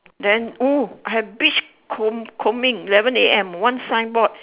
then oh I have beach comb combing eleven A_M one signboard